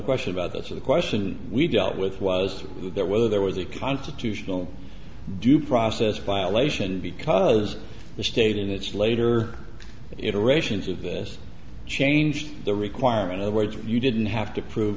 question about that so the question we dealt with was there whether there was a constitutional due process violation because the state in its later iterations of this changed the requirement of words you didn't have to prove